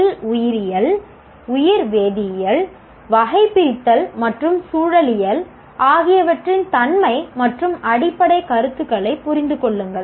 செல் உயிரியல் உயிர் வேதியியல் வகைபிரித்தல் மற்றும் சூழலியல் ஆகியவற்றின் தன்மை மற்றும் அடிப்படைக் கருத்துகளைப் புரிந்து கொள்ளுங்கள்